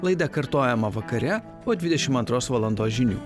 laida kartojama vakare po dvidešim antros valandos žinių